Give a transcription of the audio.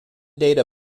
data